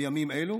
בימים אלו.